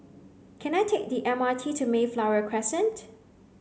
can I take the M R T to Mayflower Crescent